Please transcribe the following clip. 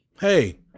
Hey